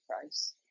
price